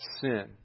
sin